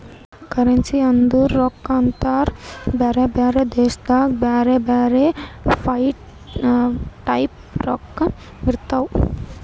currency ಅಂದುರ್ ರೊಕ್ಕಾಗ ಅಂತಾರ್ ಬ್ಯಾರೆ ಬ್ಯಾರೆ ದೇಶದಾಗ್ ಬ್ಯಾರೆ ಬ್ಯಾರೆ ಟೈಪ್ ರೊಕ್ಕಾ ಇರ್ತಾವ್